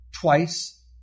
twice